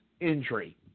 injury